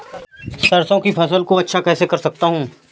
सरसो की फसल को अच्छा कैसे कर सकता हूँ?